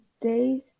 days